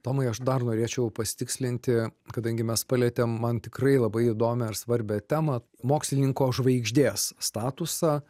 tomai aš dar norėčiau pasitikslinti kadangi mes palietėm man tikrai labai įdomią ir svarbią temą mokslininko žvaigždės statusą